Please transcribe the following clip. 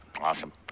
Awesome